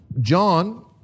John